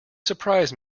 surprise